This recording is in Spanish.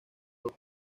los